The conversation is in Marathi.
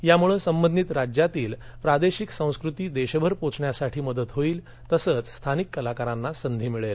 यामुळं संबधित राज्यातील प्रादेशिक संस्कृती देशभर पोहोचण्यास मदत होईल तसच स्थानिक कलाकारांना संधी मिळेल